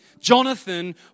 Jonathan